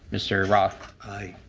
mister roth. i.